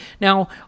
Now